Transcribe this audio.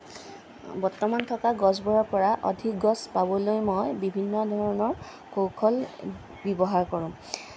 বৰ্তমান থকা গছবোৰৰ পৰা অধিক গছ পাবলৈ মই বিভিন্ন ধৰণৰ কৌশল ব্যৱহাৰ কৰোঁ